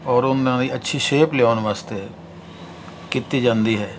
ਔਰ ਉਹਨਾਂ ਦੀ ਅੱਛੀ ਸ਼ੇਪ ਲਿਆਉਣ ਵਾਸਤੇ ਕੀਤੀ ਜਾਂਦੀ ਹੈ